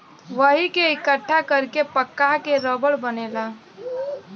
वही के इकट्ठा कर के पका क रबड़ बनेला